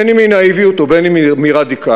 בין אם מנאיביות ובין אם מרדיקליות,